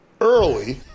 early